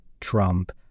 Trump